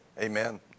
Amen